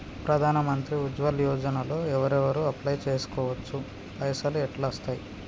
ప్రధాన మంత్రి ఉజ్వల్ యోజన లో ఎవరెవరు అప్లయ్ చేస్కోవచ్చు? పైసల్ ఎట్లస్తయి?